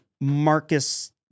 Marcus